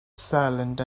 silent